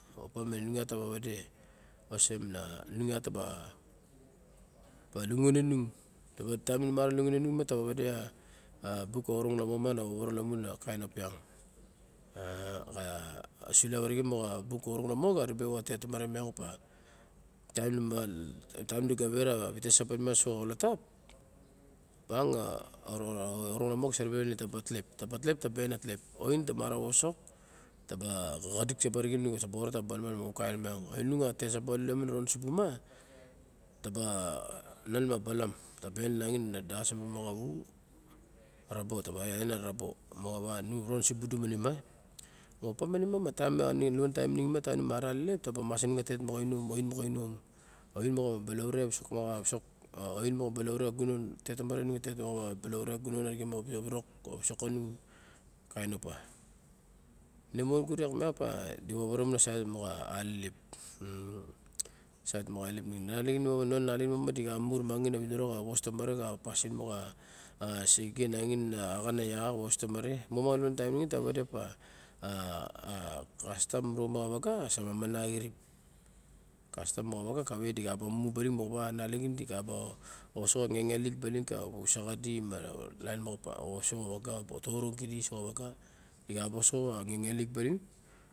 Kalatap inu nu osoxo. Tetomare bilok orin, tetomare nu ma nung kawa alelep nu osoxo a inom a wa ta ba wet. Nung nu osoxo a ain inom a wa ta ba wet, kalotap, lalaman kain koron kirip. Lamun a xinis sa mi mu nasion xinis sa nimu taran ta ba maran. Taim ta gat a ra borok sulap dura or larun. Nung iat ta ba osoxo opa inung ta ba balaure a visok kanu, uat miang moxawa lion a tiume nixiin ma ra naxalep moxa gunom ma taxan na lamo saban arixen manu kaet ta wa ilop a niro maran. Monugat a kain opa nima iak ma, animon gut. Di sa wawa walie yio ting ene iat ta ba vevere opa a kain opa. Lion a time nixin ma na nalaxin di ka xis maran di ka kis mu a vos. A vos di ka xis mu a nalaxin mumu a vite saban. A vite saban na vovo kure ma, ka belong maka vu mopa, ma taim nu mara wa alelep ta bo maran bang. Lamun a alolep pana ta ba maran kawei ra xuinis saban ka alelep